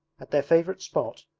at their favourite spot,